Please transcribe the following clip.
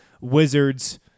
Wizards